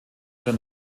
oder